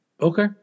Okay